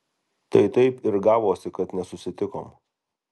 tai taip ir gavosi kad nesusitikom